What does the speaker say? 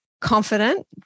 confident